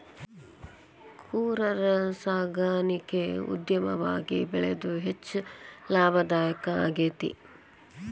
ಕುರರ ಸಾಕಾಣಿಕೆ ಉದ್ಯಮವಾಗಿ ಬೆಳದು ಹೆಚ್ಚ ಲಾಭದಾಯಕಾ ಆಗೇತಿ